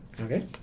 Okay